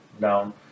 down